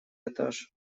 этаж